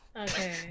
Okay